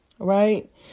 right